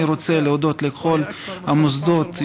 אני רוצה להודות לכל המוסדות,